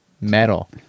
metal